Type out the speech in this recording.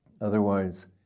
otherwise